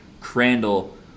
Crandall